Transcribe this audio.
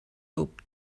tub